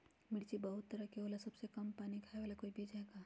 मिर्ची बहुत तरह के होला सबसे कम पानी खाए वाला कोई बीज है का?